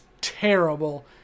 terrible